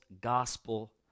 gospel